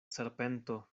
serpento